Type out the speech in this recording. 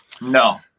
No